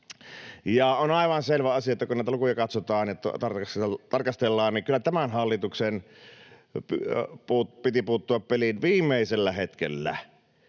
on aivan selvä asia, että kun näitä lukuja katsotaan ja tarkastellaan, niin kyllä tämän hallituksen piti puuttua peliin viimeisellä hetkellä.